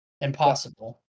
impossible